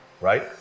right